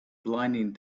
blinding